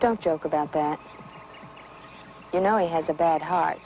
don't joke about that you know he has a bad heart